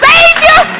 Savior